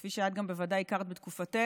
כפי שאת גם בוודאי הכרת בתקופתך,